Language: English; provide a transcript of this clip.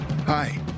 hi